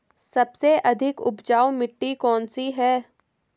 सबसे अधिक उपजाऊ मिट्टी कौन सी है?